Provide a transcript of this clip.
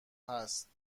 هست